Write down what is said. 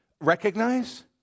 recognize